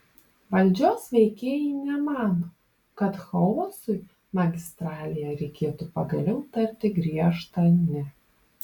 valdžios veikėjai nemano kad chaosui magistralėje reikėtų pagaliau tarti griežtą ne